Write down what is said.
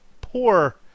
Poor